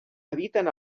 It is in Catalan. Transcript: habiten